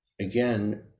again